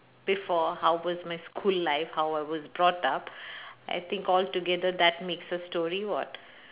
before how was my school life how I was brought up I think all together that makes a story what